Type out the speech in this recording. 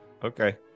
Okay